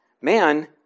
Man